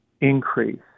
increase